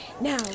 Now